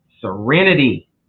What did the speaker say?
serenity